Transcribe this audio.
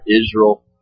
Israel